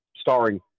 starring